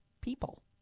people